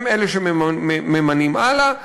והם שממנים הלאה,